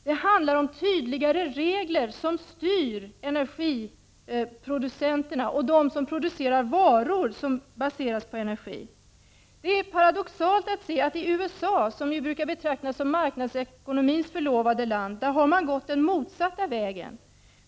Det handlar om tydligare regler som styr energiproducenterna och dem som producerar varor som baseras på energi. Det är paradoxalt att se att man i USA, som brukar betraktas som marknadsekonomins förlovade land, har gått den motsatta vägen.